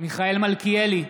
מיכאל מלכיאלי,